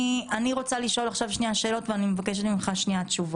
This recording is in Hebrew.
אני רוצה לשאול עכשיו שאלות ואני מבקשת ממך תשובות.